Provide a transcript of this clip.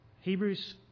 Hebrews